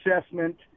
assessment